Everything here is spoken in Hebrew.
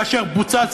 כאשר פוצץ,